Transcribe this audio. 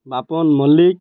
Bapan Mallick